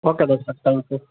okay doctor thank you